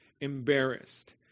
embarrassed